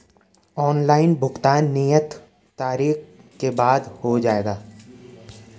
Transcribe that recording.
Online भुगतान नियत तारीख के बाद हो जाएगा?